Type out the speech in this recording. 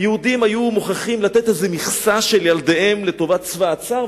יהודים היו מוכרחים לתת מכסה של ילדיהם לטובת צבא הצאר,